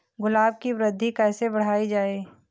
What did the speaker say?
गुलाब की वृद्धि कैसे बढ़ाई जाए?